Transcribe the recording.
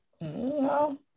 No